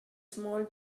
small